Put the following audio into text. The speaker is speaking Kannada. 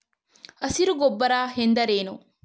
ಹಸಿರು ಗೊಬ್ಬರ ಎಂದರೇನು?